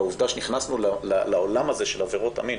והעובדה שנכנסנו לעולם הזה של עבירות המין,